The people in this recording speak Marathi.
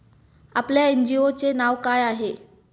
आपल्या एन.जी.ओ चे नाव काय आहे?